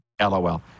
LOL